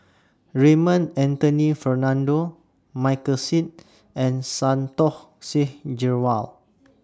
Raymond Anthony Fernando Michael Seet and Santokh Singh Grewal